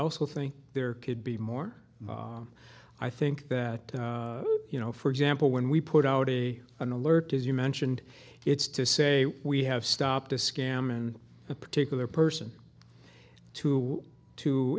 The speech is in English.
also think there could be more i think that you know for example when we put out a an alert as you mentioned it's to say we have stopped a scam and a particular person to to